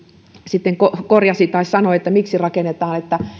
sitten sanoi siitä että miksi rakennetaan